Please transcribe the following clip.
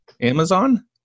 Amazon